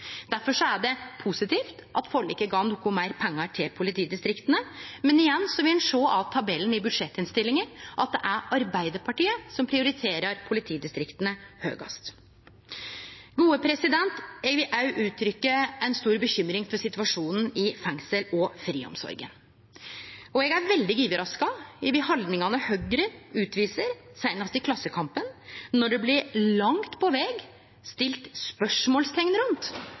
er det positivt at forliket gav noko meir pengar til politidistrikta, men igjen vil ein sjå av tabellen i budsjettinnstillinga at det er Arbeidarpartiet som prioriterer politidistrikta høgast. Eg vil òg gje uttrykk for ei stor bekymring for situasjonen i fengsels- og friomsorga, og eg er veldig overraska over haldningane Høgre viser, seinast i Klassekampen, når det langt på veg blir stilt